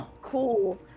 cool